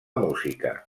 música